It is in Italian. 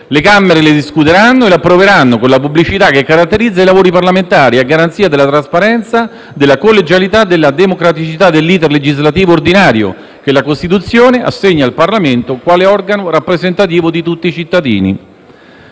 Le Camere le discuteranno e le approveranno, con la pubblicità che caratterizza i lavori parlamentari a garanzia della trasparenza, della collegialità e della democraticità dell'*iter* legislativo ordinario, che la Costituzione assegna al Parlamento quale organo rappresentativo di tutti i cittadini.